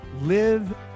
live